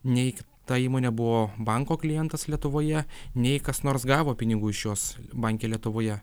nei ta įmonė buvo banko klientas lietuvoje nei kas nors gavo pinigų iš jos banke lietuvoje